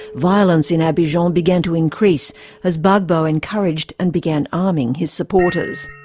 violence in abidjan began to increase as gbagbo encouraged and began arming his supporters.